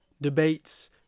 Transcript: debates